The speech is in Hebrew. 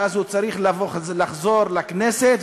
ואז הוא צריך לחזור לכנסת,